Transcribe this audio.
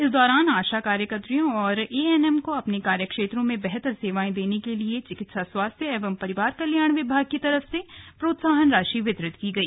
इस दौरान आशा कार्यकात्रियों और एएनएम को अपने कार्य क्षेत्रों में बेहतर सेवाएं देने के लिए चिकित्सा स्वास्थ्य एवं परिवार कल्याण विभाग की तरफ से प्रोत्साहन राशि वितरित की गई